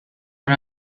عمه